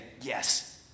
yes